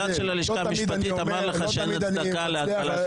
הצד של הלשכה המשפטית אמר לך שאין הצדקה להפעלת